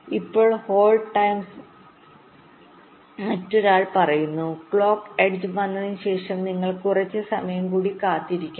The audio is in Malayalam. ഇപ്പോൾ ഹോൾഡ് ടൈംസ് മറ്റൊരാൾ പറയുന്നു ക്ലോക്ക് എഡ്ജ് വന്നതിനുശേഷം നിങ്ങൾ കുറച്ച് സമയം കൂടി കാത്തിരിക്കണം